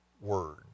word